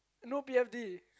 no P_F_D